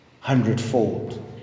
hundredfold